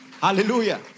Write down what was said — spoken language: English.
Hallelujah